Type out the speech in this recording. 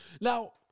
Now